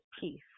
peace